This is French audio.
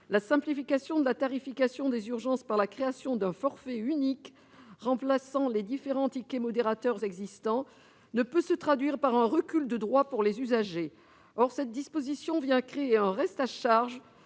La simplification de la tarification des urgences par la création d'un forfait unique remplaçant les différents tickets modérateurs existants ne saurait se traduire par un recul de droits pour les usagers. Or cette disposition vient créer un reste à charge